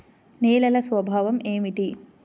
నేలల స్వభావం ఏమిటీ?